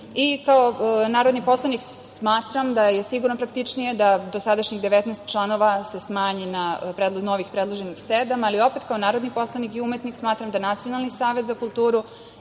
narodni poslanik smatram da je sigurno praktičnije da dosadašnjih 19 članova se smanji na novih predloženih sedam, ali opet kao narodni poslanik i umetnik smatram da Nacionalni savet za kulturu